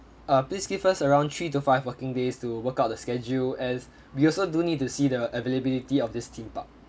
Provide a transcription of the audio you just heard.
uh please give us around three to five working days to work out the schedule as we also do need to see the availability of this theme park